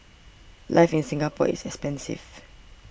life in Singapore is expensive